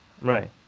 Right